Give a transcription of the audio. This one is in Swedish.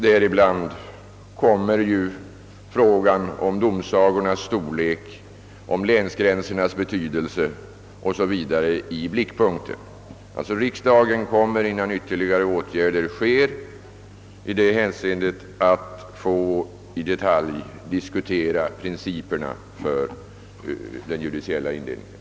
Därvid kommer frågorna om domsagornas storlek, om länsgränsernas betydelse o. s. v. i blickpunkten. Innan ytterligare åtgärder vidtages i den här berörda domsagan, får alltså riksdagen tillfälle att diskutera principerna för den judiciella indelningen.